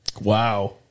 Wow